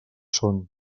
són